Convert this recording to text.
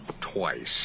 twice